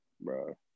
bro